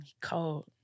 Cold